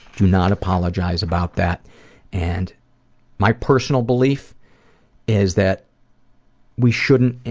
do not apologize about that and my personal belief is that we shouldn't,